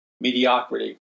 mediocrity